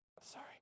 Sorry